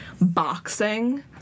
boxing